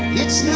it's